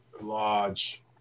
large